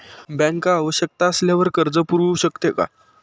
Bank आवश्यकता असल्यावर कर्ज पुरवू शकते का?